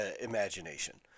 imagination